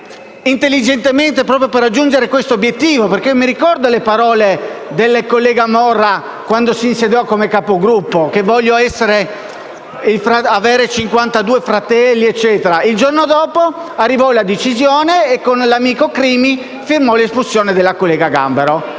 intelligentemente proprio per raggiungere questo obiettivo, perché ricordo le parole del collega Morra quando si insediò come Capogruppo e affermò che voleva avere 52 fratelli, e quant'altro; il giorno dopo arrivò la decisione e con l'amico Crimi firmò l'espulsione della collega Gambaro.